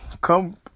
come